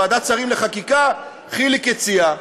ועדת השרים לחקיקה: חיליק הציע,